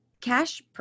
cash